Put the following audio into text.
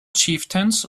chieftains